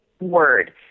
word